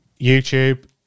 YouTube